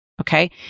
Okay